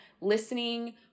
listening